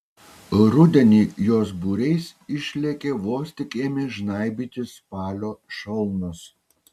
rudenį jos būriais išlėkė vos tik ėmė žnaibytis spalio šalnos